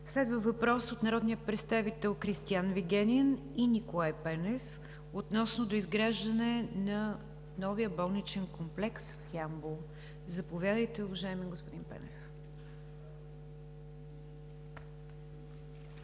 Следва въпрос от народните представители Кристиан Вигенин и Николай Пенев относно доизграждане на новия болничен комплекс в Ямбол. Заповядайте, уважаеми господин Пенев.